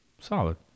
Solid